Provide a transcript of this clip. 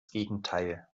gegenteil